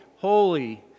holy